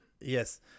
Yes